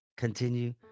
Continue